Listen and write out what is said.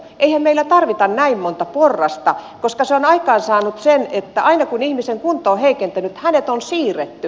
eihän meillä tarvita näin monta porrasta koska se on aikaansaanut sen että aina kun ihmisen kunto on heikentynyt hänet on siirretty